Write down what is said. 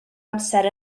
amser